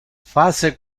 face